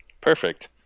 Perfect